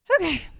Okay